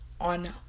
on